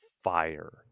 fire